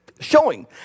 showing